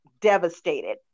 devastated